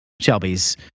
Shelby's